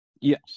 Yes